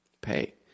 pay